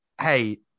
Hey